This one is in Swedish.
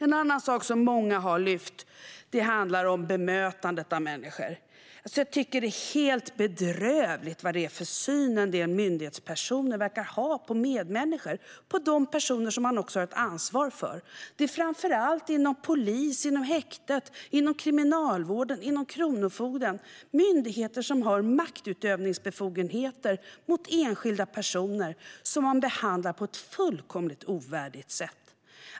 En annan sak som många har lyft fram handlar om bemötandet av människor. Jag tycker att det är helt bedrövligt med den syn som en del myndighetspersoner verkar ha på sina medmänniskor - personer som de har ett ansvar för. Det är framför allt inom polisen, häktena, Kriminalvården och Kronofogden - myndigheter som har maktutövningsbefogenheter gentemot enskilda personer - som personer behandlas på ett fullkomligt ovärdigt sätt.